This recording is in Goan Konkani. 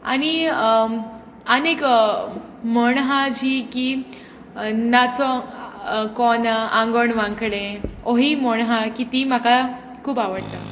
आनी आनी एक म्हण आहा जी की नाचों कोवोना आंगोण वांकडें ओहीय म्होण हा की ती म्हाका खूब आवडटा